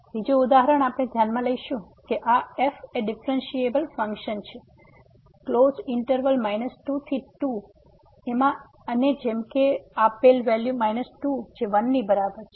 બીજું ઉદાહરણ આપણે ધ્યાનમાં લઈશું કે આ f એ ડિફ્રેનસીએબલ ફંક્શન છે ક્લોઝ ઈંટરવલ 2 થી 2 માં અને જેમ કે આપેલ વેલ્યુ 2 જે 1 ની બરાબર છે